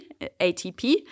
ATP